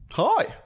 Hi